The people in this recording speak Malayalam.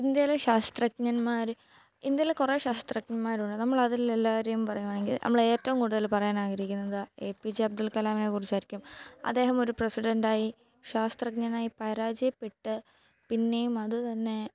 ഇൻഡ്യയിലെ ശാസ്ത്രജ്ഞന്മാര് ഇൻഡ്യയില് കുറേ ശാസ്ത്രജ്ഞന്മാരുണ്ട് നമ്മൾ അതിൽ എല്ലാവരെയും പറയുകയാണെങ്കിൽ നമ്മള് ഏറ്റവും കൂടുതൽ പറയാൻ ആഗ്രഹിക്കുന്നത് എ പി ജെ അബ്ദുൾ കലാമിനെ കുറിച്ചായിരിക്കും അദ്ദേഹം ഒരു പ്രസിഡൻറ്റായി ശാസ്ത്രജ്ഞനായി പരാജയപ്പെട്ട് പിന്നെയും അത് തന്നെ